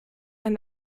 ein